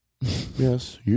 Yes